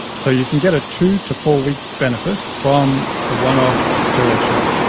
so you can get a two to four week benefit from a one-off steroid shot.